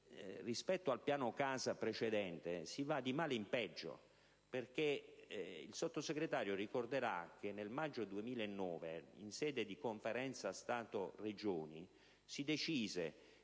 rispetto al piano casa precedente si va di male in peggio. Il Sottosegretario ricorderà che nel maggio 2009, in sede di Conferenza Stato-Regioni, si decise